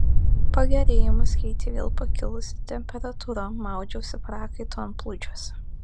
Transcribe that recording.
pagerėjimus keitė vėl pakilusi temperatūra maudžiausi prakaito antplūdžiuose